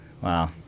wow